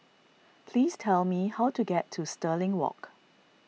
please tell me how to get to Stirling Walk